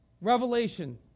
Revelation